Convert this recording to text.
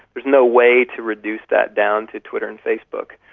there's no way to reduce that down to twitter and facebook.